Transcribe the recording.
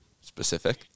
Specific